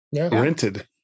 rented